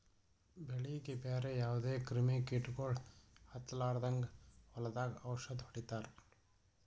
ಬೆಳೀಗಿ ಬ್ಯಾರೆ ಯಾವದೇ ಕ್ರಿಮಿ ಕೀಟಗೊಳ್ ಹತ್ತಲಾರದಂಗ್ ಹೊಲದಾಗ್ ಔಷದ್ ಹೊಡಿತಾರ